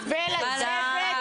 נעמה לזימי,